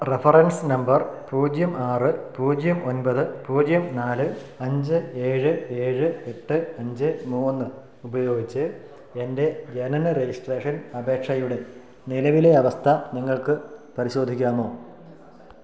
reference number പൂജ്യം ആറ് പൂജ്യം ഒൻപത് പൂജ്യം നാല് അഞ്ച് ഏഴ് ഏഴ് എട്ട് അഞ്ച് മൂന്ന് ഉപയോഗിച്ച് എൻ്റെ ജനന രെജിസ്ട്രേഷൻ അപേക്ഷയുടെ നിലവിലെ അവസ്ഥ നിങ്ങൾക്ക് പരിശോധിക്കാമോ